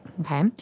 Okay